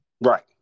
right